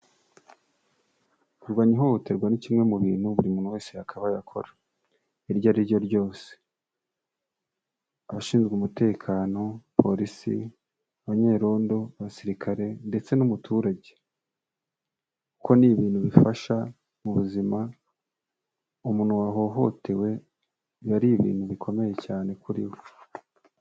Kurwanya ihohoterwa ni kimwe mu bintu buri muntu wese yakabaye akora iryo ari ryo ryose, abashinzwe umutekano polisi, abanyerondo, abasirikare ndetse n'umuturage kuko ni ibintu bifasha mu buzima, umuntu wahohotewe biba ari ibintu bikomeye cyane kuri we.